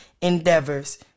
endeavors